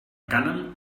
cànem